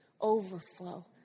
overflow